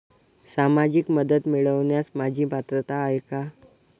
सामाजिक मदत मिळवण्यास माझी पात्रता आहे का?